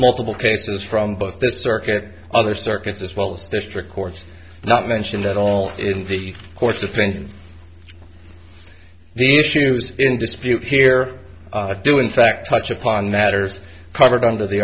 multiple cases from both the circuit other circuits as well as district courts not mentioned at all in the court's opinion the issues in dispute here do in fact touch upon matters covered under the